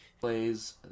Plays